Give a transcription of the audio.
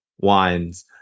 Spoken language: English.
wines